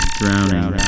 drowning